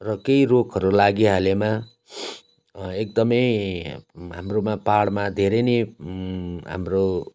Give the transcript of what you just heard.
र केही रोगहरू लागि हालेमा एकदमै हाम्रोमा पाहाडमा धेरै नै हाम्रो